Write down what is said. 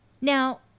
Now